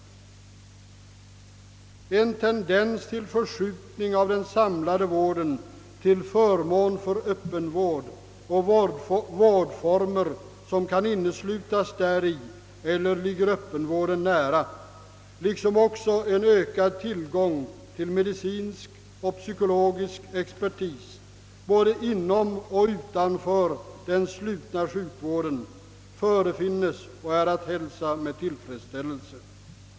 En tendens till förskjutning av den samlade vården till förmån för öppenvård och vårdformer som kan inneslutas däri eller ligger öppenvården nära, liksom också en ökad tillgång till medicinsk och psykologisk expertis både inom och utanför den slutna sjukvården redovisas och är att hälsa med tillfredsställelse.